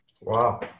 Wow